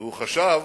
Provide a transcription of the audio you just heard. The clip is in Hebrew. והוא חשב